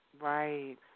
right